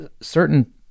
certain